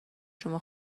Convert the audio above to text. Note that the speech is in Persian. شما